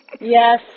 Yes